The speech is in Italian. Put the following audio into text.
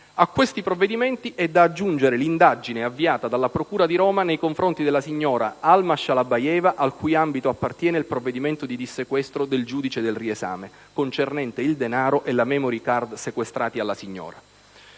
A questi provvedimenti si deve aggiungere l'indagine avviata dalla procura di Roma nei confronti della signora Alma Shalabayeva, al cui ambito appartiene il provvedimento di dissequestro del giudice del riesame concernente il denaro e la *memory card* sequestrati alla signora.